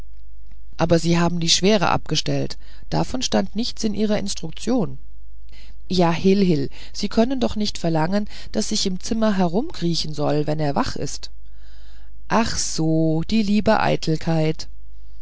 aber sie haben die schwere abgestellt davon stand nichts in ihrer instruktion ja hil hil sie können doch nicht verlangen daß ich im zimmer herumkriechen soll wenn er wach ist ach so die liebe eitelkeit